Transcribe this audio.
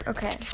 Okay